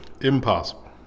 Impossible